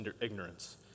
ignorance